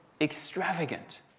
extravagant